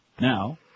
Now